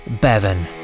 bevan